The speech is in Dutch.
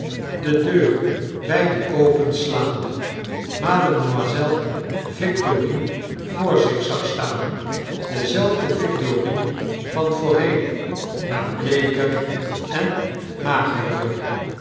de deur wjjd openslaande mademoiselle victorine voor zich zag staan dezelfde victorine van voorheen maar bleeker en magerder